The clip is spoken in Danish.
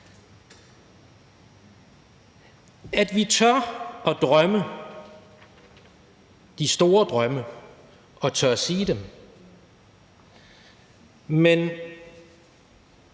at vi tør drømme de store drømme og tør sige dem, men